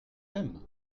aiment